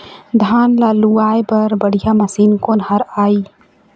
धान ला लुआय बर बढ़िया मशीन कोन हर आइ?